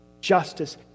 Justice